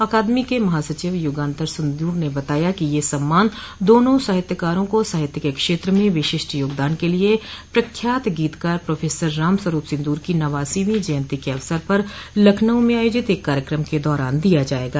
अकादमी के महासचिव युगान्तर सिंदूर ने बताया कि यह सम्मान दोनों साहित्यकारों को साहित्य के क्षेत्र में विशिष्ट योगदान के लिये प्रख्यात गीतकार प्रोफेसर राम स्वरूप सिन्दूर की नवासीवीं जयन्ती के अवसर पर लखनऊ में आयोजित एक कार्यक्रम के दौरान दिया जायेगा